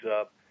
up